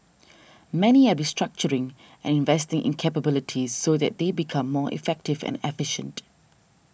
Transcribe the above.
many are restructuring and investing in capabilities so they they become more effective and efficient